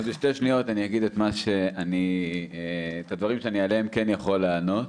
אז בשתי שניות אני אגיד את הדברים שעליהם אני כן יכול לענות.